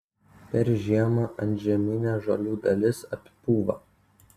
per žiemą antžeminė žolių dalis apipūva